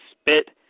spit